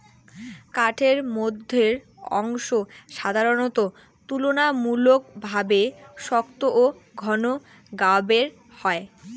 কাঠের মইধ্যের অংশ সাধারণত তুলনামূলকভাবে শক্ত ও ঘন গাবের হয়